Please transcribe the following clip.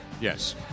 Yes